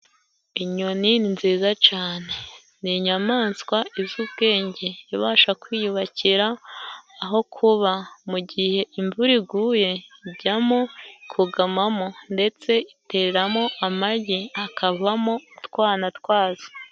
Inyoni ni nziza cane. Ni inyamaswa izi ubwenge ibasha kwiyubakira aho kuba. Mu gihe imvura iguye, ijyamo ikugamamo. Ndetse iteramo amagi akavamo utwana twazo.